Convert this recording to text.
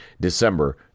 December